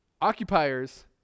occupiers